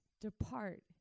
depart